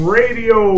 radio